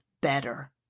better